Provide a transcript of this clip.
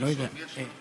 זה לא הולך לפרוטוקול.